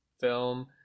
film